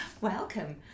Welcome